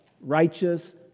righteous